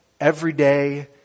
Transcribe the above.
everyday